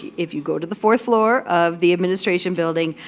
if you go to the fourth floor of the administration building,